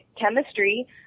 chemistry